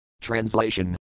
Translation